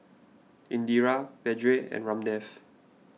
Indira Vedre and Ramdev